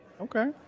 okay